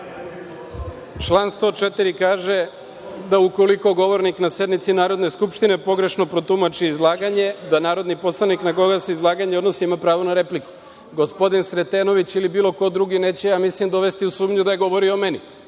Član 104. kaže da ukoliko govornik na sednici Narodne skupštine pogrešno protumači izlaganje, da narodni poslanik na koga se izlaganje odnosi ima pravo na repliku. Gospodin Sretenović ili bilo ko drugi, neće, ja mislim dovesti u sumnju da je govorio o meni